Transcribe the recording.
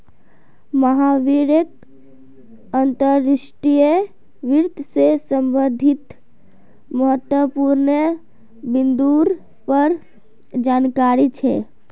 महावीरक अंतर्राष्ट्रीय वित्त से संबंधित महत्वपूर्ण बिन्दुर पर जानकारी छे